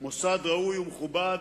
מוסד ראוי ומכובד,